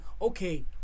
Okay